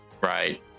Right